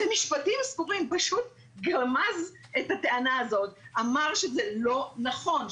במשפטים ספורים גמז את הטענה הזאת ואמר שזה לא נכון,